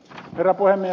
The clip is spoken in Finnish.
herra puhemies